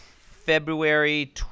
February